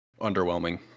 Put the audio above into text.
underwhelming